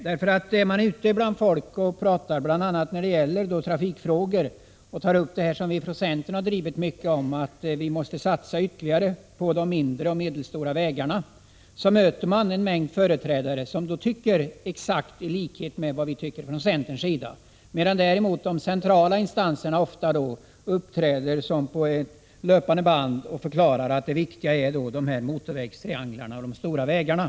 När man ute bland folk diskuterar trafikfrågor och bl.a. tar upp det krav på ytterligare satsning på de mindre och medelstora vägarna som vii centern har drivit, möter man en mängd företrädare för kommuner och landsting som tycker exakt som vi, medan däremot företrädarna för de centrala instanserna på löpande band förklarar att det viktiga är motorvägstrianglarna och de stora vägarna.